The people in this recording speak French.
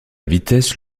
vitesse